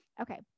Okay